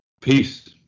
Peace